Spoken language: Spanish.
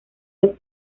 dos